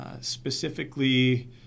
specifically